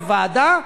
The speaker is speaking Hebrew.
בוועדה,